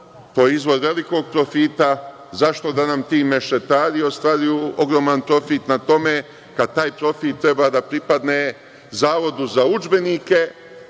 – proizvod velikog profita, zašto da nam ti mešetari ostvaruju ogroman profit na tome, kad taj profit treba da pripadne Zavodu za udžbenike,